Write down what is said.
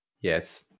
yes